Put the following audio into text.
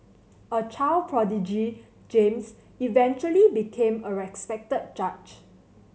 a child prodigy James eventually became a respected judge